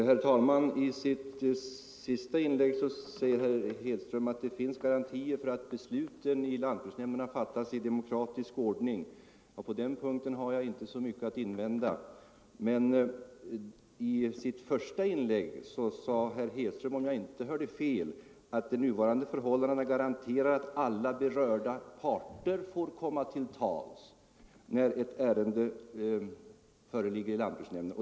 Herr talman! I sitt senaste inlägg säger herr Hedström att det finns garantier för att besluten i lantbruksnämnderna fattas i demokratisk ordning. På den punkten har jag inte så mycket att invända. Men i sitt första inlägg sade herr Hedström, om jag inte hörde fel, att de nuvarande förhållandena garanterar att alla berörda parter får komma till tals när ett ärende föreligger i lantbruksnämnden.